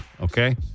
Okay